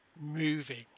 moving